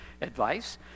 advice